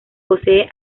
posee